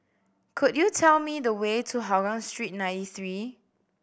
could you tell me the way to Hougang Street Ninety Three